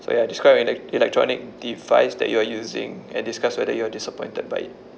so ya describe elec~ electronic device that you are using and discuss whether you are disappointed by it